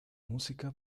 música